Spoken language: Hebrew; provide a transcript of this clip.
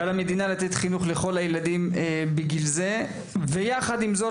ועל המדינה לתת חינוך לכל הילדים בגיל זה ויחד עם זאת,